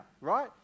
right